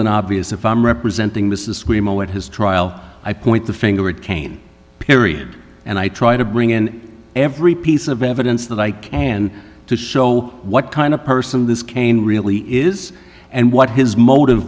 and obvious if i'm representing mrs screamo at his trial i point the finger at cain period and i try to bring in every piece of evidence that i can to show what kind of person this cain really is and what his motive